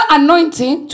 anointing